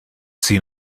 seen